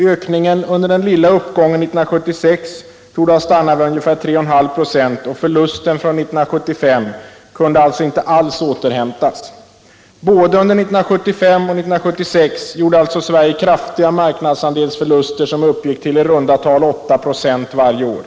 Ökningen under den lilla uppgången 1976 torde ha stannat vid ungefär 3,5 926, och förlusten från 1975 kunde alltså inte alls återhämtas. Under både 1975 och 1976 gjorde alltså Sverige kraftiga marknadsandelsförluster, som uppgick till i runda tal 8 26 varje år.